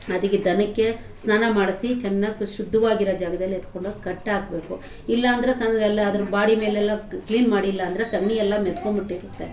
ಅದಕ್ಕೆ ದನಕ್ಕೆ ಸ್ನಾನ ಮಾಡಿಸಿ ಚೆನ್ನಾಗ್ ಶುದ್ಧವಾಗಿರೋ ಜಾಗದಲ್ಲಿ ಎತ್ಕೊಂಡೋಗಿ ಕಟ್ಟಾಕಬೇಕು ಇಲ್ಲಾಂದರೆ ಎಲ್ಲ ಅದ್ರ ಬಾಡಿ ಮೇಲೆಲ್ಲ ಕ್ಲೀನ್ ಮಾಡಿಲ್ಲಾಂದರೆ ಸಗಣಿ ಎಲ್ಲ ಮೆತ್ಕೊಂಬಿಟ್ಟಿರುತ್ತೆ